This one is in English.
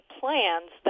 plans